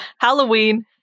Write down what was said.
Halloween